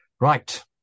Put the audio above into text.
Right